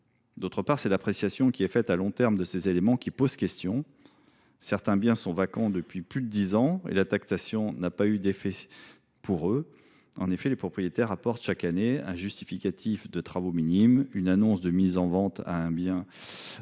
Par ailleurs, l’appréciation qui est faite à long terme de ces éléments soulève des interrogations. Certains biens sont vacants depuis plus de dix ans et la taxation n’a pas eu d’effet pour eux. En effet, les propriétaires apportent chaque année un justificatif de travaux minimes, ou une annonce de mise en vente à un prix bien